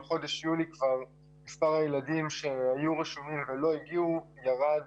בחודש יולי מספר הילדים שהיו רשומים ולא הגיעו ירד